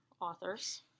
authors